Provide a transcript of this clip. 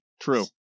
True